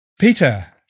Peter